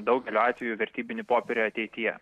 daugeliu atvejų vertybinį popierių ateityje